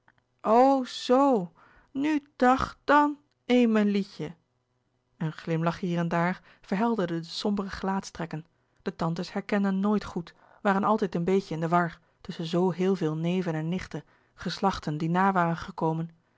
zoo nu dag dan emilietje een glimlach hier en daar verhelderde de sombere gelaatstrekken de tantes herkenden nooit goed waren altijd een beetje in de war tusschen zoo heel veel neven en nichten gelouis couperus de boeken der kleine zielen slachten die na waren gekomen